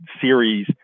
series